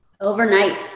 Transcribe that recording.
overnight